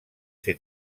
ser